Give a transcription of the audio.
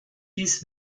dies